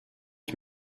ich